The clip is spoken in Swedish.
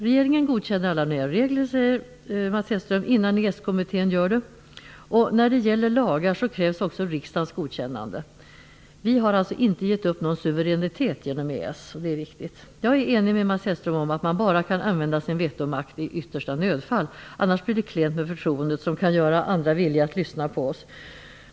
Regeringen godkänner alla nya regler, säger Mats Hellström, innan EES-kommittén gör det, och när det gäller lagar krävs också riksdagens godkännande. Vi har alltså inte gett upp någon suveränitet genom EES, och det är viktigt. Jag är enig med Mats Hellström om att man bara kan använda sin vetomakt i yttersta nödfall, annars blir det klent med förtroendet som kan göra andra villiga att lyssna till oss.